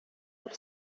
бер